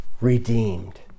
redeemed